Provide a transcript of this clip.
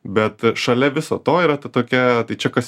bet šalia viso to yra ta tokia tai čia kas